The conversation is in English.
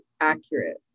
accurate